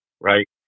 right